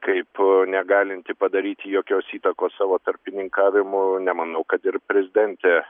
kaip negalintį padaryti jokios įtakos savo tarpininkavimu nemanau kad ir prezidentė